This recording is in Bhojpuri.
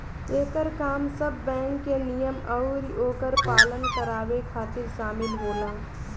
एकर काम सब बैंक के नियम अउरी ओकर पालन करावे खातिर शामिल होला